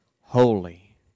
holy